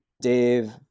Dave